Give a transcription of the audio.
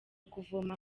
kuvoma